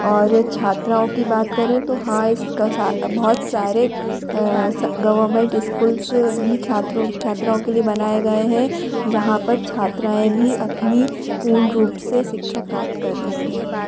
और छात्राओं की बात करें तो हाँ इसका सा बहुत सारे गवरमेंट इस्कूल्स भी छात्रों छात्राओं के लिए बनाए गए हैं जहाँ पर छात्राएं भी अपनी पूर्ण रूप से सिक्षा प्राप्त कर रही हैं